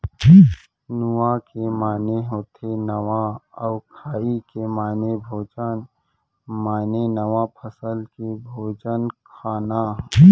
नुआ के माने होथे नवा अउ खाई के माने भोजन माने नवा फसल के भोजन खाना